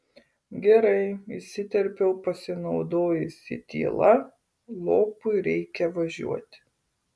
gerai įsiterpiau pasinaudojusi tyla lopui reikia važiuoti